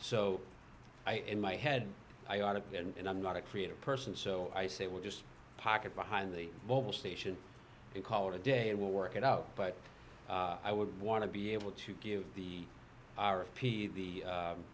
so i in my head i ought to and i'm not a creative person so i say we'll just pocket behind the mobile station and call it a day and we'll work it out but i would want to be able to give the r p the